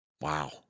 Wow